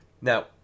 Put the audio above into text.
Now